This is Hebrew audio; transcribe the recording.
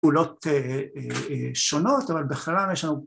פעולות שונות אבל בכלל יש לנו